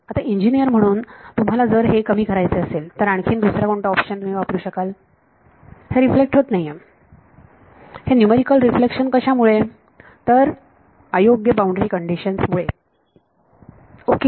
आता इंजिनिअर म्हणून तुम्हाला जर हे कमी करायचे असेल तर आणखीन दुसरा कोणता ऑप्शन तुम्ही वापरू शकाल हे रिफ्लेक्ट होत आहे हे न्यूमरिकल रिफ्लेक्शन कशामुळे तर अयोग्य बाउंड्री कंडिशन्स मुळे ओके